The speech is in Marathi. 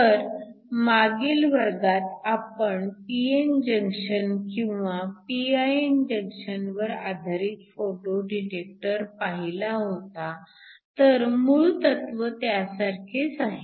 तर मागील वर्गात आपण p n जंक्शन किंवा pin जंक्शनवर आधारित फोटो डिटेक्टर पाहिला होता तर मूळ तत्व त्यासारखेच आहे